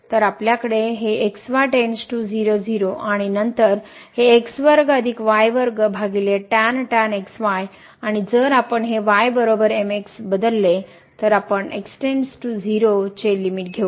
तर आपल्याकडे ही x y→ 0 0 आणि नंतर ही आणि जर आपण हे y mx बदलले तर आपण x → 0 चे लिमिट घेऊ